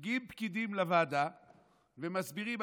מגיעים פקידים לוועדה ומסבירים,